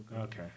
Okay